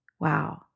wow